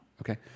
Okay